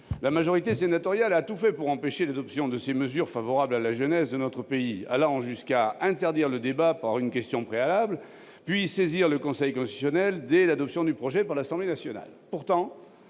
La majorité sénatoriale a tout fait pour empêcher l'adoption de ces mesures favorables à la jeunesse de notre pays, allant jusqu'à interdire le débat en votant une question préalable, puis à saisir le Conseil constitutionnel dès l'adoption du texte par l'Assemblée nationale.